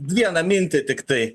vieną mintį tiktai